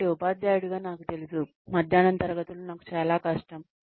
కాబట్టి ఉపాధ్యాయుడిగా నాకు తెలుసు మధ్యాహ్నం తరగతులు నాకు చాలా కష్టం